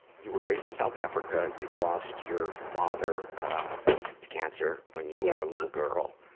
you were raised in south africa, you lost your father to cancer when you were a little girl,